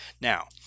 now